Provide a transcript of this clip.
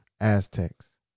Aztecs